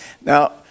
Now